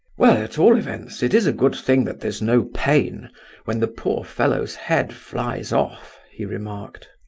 well, at all events it is a good thing that there's no pain when the poor fellow's head flies off, he remarked.